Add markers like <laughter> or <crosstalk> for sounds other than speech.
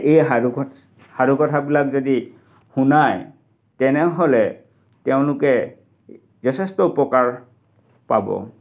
এই সাধু <unintelligible> সাধু কথাবিলাক যদি শুনাই তেনেহ'লে তেওঁলোকে যথেষ্ট উপকাৰ পাব